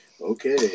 Okay